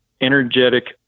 energetic